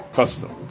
custom